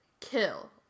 Kill